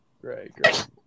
Great